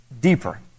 deeper